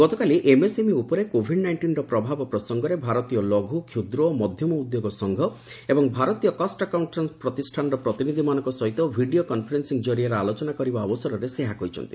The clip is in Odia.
ଗତକାଲି ଏମ୍ଏସ୍ଏମ୍ଇ ଉପରେ କୋଭିଡ୍ ନାଇଷ୍ଟିନ୍ର ପ୍ରଭାବ ପ୍ରସଙ୍ଗରେ ଭାରତୀୟ ଲଘୁ କ୍ଷୁଦ୍ର ଓ ମଧ୍ୟମ ଉଦ୍ୟୋଗ ସଂଘ ଏବଂ ଭାରତୀୟ କଷ୍ ଆକାଉଷ୍କାଶ୍କସ୍ ପ୍ରତିଷ୍ଠାନର ପ୍ରତିନିଧିମାନଙ୍କ ସହିତ ଭିଡ଼ିଓ କନଫରେନ୍ନିଂ ଜରିଆରେ ଆଲୋଚନା କରିବା ଅବସରରେ ସେ ଏହା କହିଛନ୍ତି